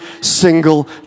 single